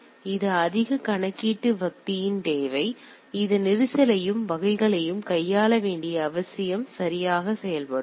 எனவே இது அதிக கணக்கீட்டு சக்தியின் தேவை இந்த நெரிசலையும் வகைகளையும் கையாள வேண்டிய அவசியம் சரியாக செயல்படும்